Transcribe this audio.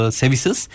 services